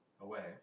away